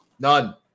None